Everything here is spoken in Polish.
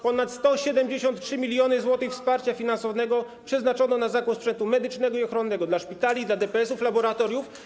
Ponad 173 mln zł wsparcia finansowego przeznaczono na zakup sprzętu medycznego i ochronnego dla szpitali, DPS-ów, laboratoriów.